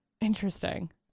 Interesting